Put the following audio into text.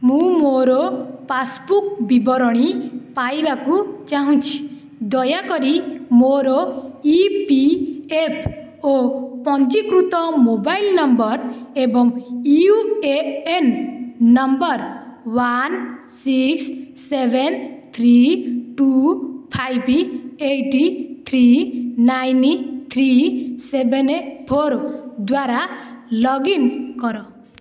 ମୁଁ ମୋର ପାସ୍ବୁକ୍ ବିବରଣୀ ପାଇବାକୁ ଚାହୁଁଛି ଦୟାକରି ମୋର ଇ ପି ଏଫ୍ ଓ ପଞ୍ଜୀକୃତ ମୋବାଇଲ୍ ନମ୍ବର୍ ଏବଂ U A N number one six seven three two five eight three nine three seven four ଦ୍ଵାରା ଲଗ୍ଇନ୍ କର